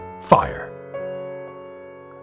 fire